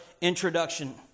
introduction